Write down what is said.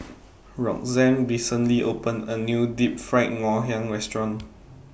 Roxane recently opened A New Deep Fried Ngoh Hiang Restaurant